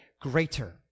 greater